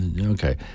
Okay